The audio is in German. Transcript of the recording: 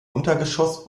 untergeschoss